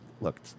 look